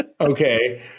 Okay